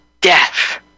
death